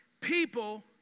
people